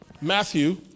Matthew